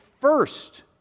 first